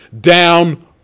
down